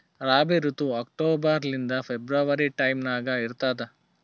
ರಾಬಿ ಋತು ಅಕ್ಟೋಬರ್ ಲಿಂದ February time ನಾಗ ಇರ್ತದ